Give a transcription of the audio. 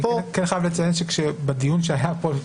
אני כן חייב לציין שבדיון שהיה פה,